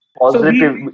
positive